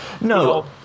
No